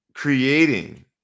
Creating